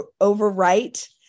overwrite